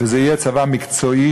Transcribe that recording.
וזה יהיה צבא מקצועי,